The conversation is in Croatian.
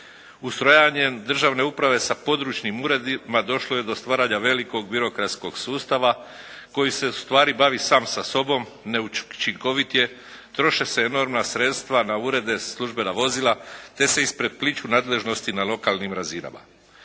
Ustrojavanjem državne uprave sa područnim uredima došlo je do stvaranja velikog birokratskog sustava koji se u stvari bavi sam sa sobom, neučinkovit je. Troše se enormna sredstva na urede, službena vozila, te se isprepliću nadležnosti na lokalnim razinama.